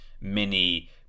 mini